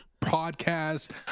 podcast